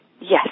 Yes